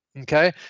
Okay